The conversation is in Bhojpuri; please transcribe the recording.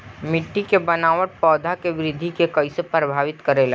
मिट्टी के बनावट पौधों की वृद्धि के कईसे प्रभावित करेला?